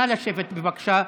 נא לשבת, בבקשה.